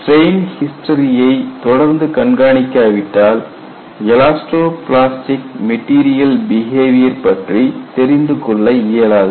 strain ஹிஸ்டரியை தொடர்ந்து கண்காணிக்க விட்டால் எலாஸ்டோ பிளாஸ்டிக் மெட்டீரியல் பிஹேவியர் பற்றி தெரிந்து கொள்ள இயலாது